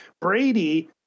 Brady